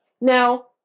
Now